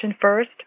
first